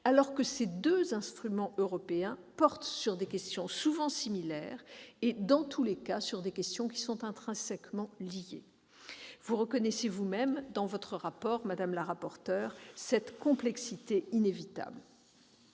alors que ces deux instruments européens portent sur des questions souvent similaires et, dans tous les cas, intrinsèquement liées. Vous reconnaissez vous-même dans votre rapport, madame Joissains, cette complexité inévitable.